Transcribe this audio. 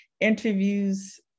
interviews